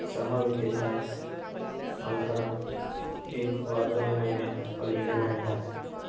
summer vacations आमकां एक वा दोन म्हयने हॉलिडे मेळटात